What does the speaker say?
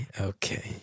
Okay